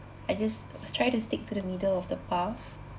I just try to stick to the middle of the path